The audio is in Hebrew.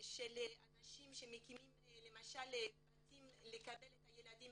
של אנשים שמקימים בתים לקבל את הילדים